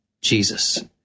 Jesus